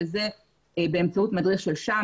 שזה באמצעות מדריך של שה"מ,